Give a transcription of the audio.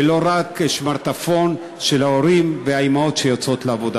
ולא רק שמרטפון של ההורים והאימהות שיוצאות לעבודה.